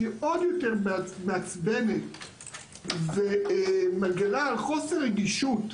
שהיא עוד יותר מעצבנת ומגלה חוסר רגישות,